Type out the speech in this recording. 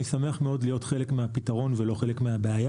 אני שמח מאוד להיות חלק מהפתרון ולא חלק מהבעיה.